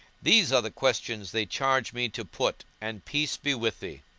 these are the questions they charge me to put, and peace be with thee.